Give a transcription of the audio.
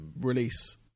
release